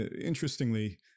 Interestingly